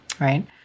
right